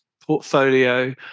portfolio